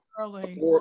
Early